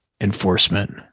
enforcement